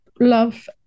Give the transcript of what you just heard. love